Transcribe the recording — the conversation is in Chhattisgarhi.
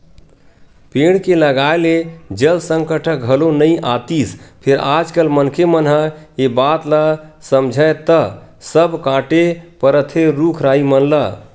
पेड़ के लगाए ले जल संकट ह घलो नइ आतिस फेर आज कल मनखे मन ह ए बात ल समझय त सब कांटे परत हे रुख राई मन ल